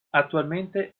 attualmente